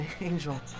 Angel